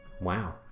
wow